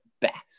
best